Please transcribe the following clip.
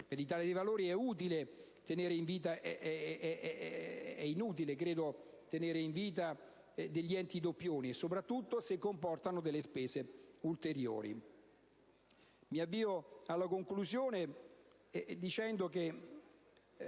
per l'Italia dei Valori è inutile tenere in vita enti doppioni, soprattutto se comportano spese ulteriori. Mi avvio alla conclusione, ricordando che,